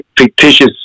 fictitious